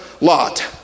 Lot